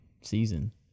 season